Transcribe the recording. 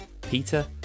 Peter